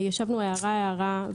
ישבנו הערה הערה,